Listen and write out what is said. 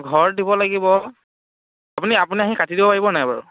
ঘৰত দিব লাগিব আপুনি আপুনি আহি কাটি দিব পাৰিব নাই বাৰু